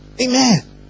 Amen